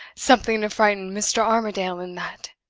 something to frighten mr. armadale in that!